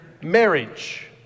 marriage